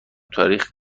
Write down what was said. تاریخ